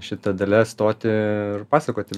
šita dalia stoti ir pasakoti